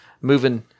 moving